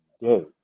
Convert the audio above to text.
day